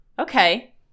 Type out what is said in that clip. Okay